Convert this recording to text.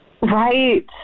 Right